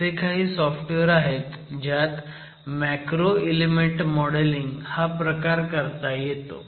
असे काही सॉफ्टवेअर आहेत ज्यात मॅक्रो इलेमेंट मॉडेलिंग हा प्रकार करता येतो